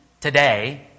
today